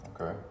Okay